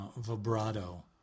vibrato